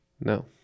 No